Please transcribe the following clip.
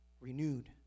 renewed